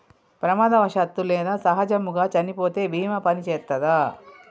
ప్రమాదవశాత్తు లేదా సహజముగా చనిపోతే బీమా పనిచేత్తదా?